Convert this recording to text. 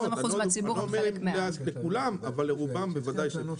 אני לא אומר לכולם, אבל לרובם בוודאי אפשר.